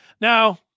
Now